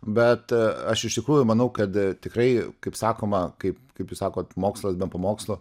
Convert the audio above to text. bet aš iš tikrųjų manau kad tikrai kaip sakoma kaip kaip jūs sakote mokslas be pamokslo